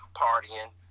partying